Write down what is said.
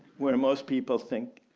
where most people think